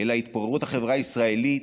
אלא התפוררות החברה הישראלית